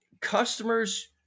customers